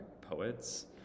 poets